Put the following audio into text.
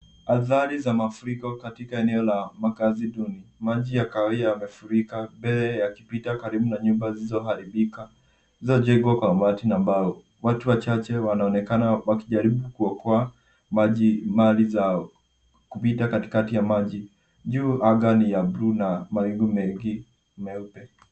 Athari za mafuriko katika eneo la makazi duni. Maji ya kahawia yamefurika mbele yakipita karibu na nyumba zilizoharibika, zilizojengwa wa bati na mbao. Watu wachache wanaonekana wakijaribu kuokoa mali zao, kupita katikati ya maji. Juu anga ni ya bluu na mawingu mengi meupe.